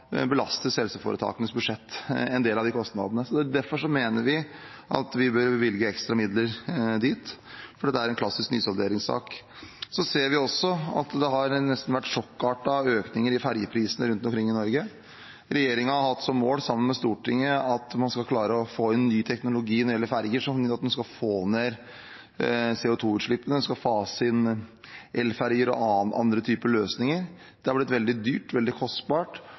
belastes helseforetakenes budsjett. Derfor mener vi at vi bør bevilge ekstra midler dit, for det er en klassisk nysalderingssak. Så ser vi at det har vært nesten sjokkartede økninger i ferjeprisene rundt omkring i Norge. Regjeringen har hatt som mål sammen med Stortinget at man skal klare å få inn ny teknologi når det gjelder ferjer, som gjør at en får ned CO 2 -utslippene – en skal fase inn elferjer og andre typer løsninger. Det har blitt veldig dyrt, veldig kostbart.